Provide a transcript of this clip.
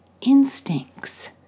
instincts